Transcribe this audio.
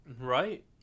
Right